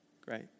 Great